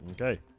Okay